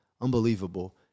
unbelievable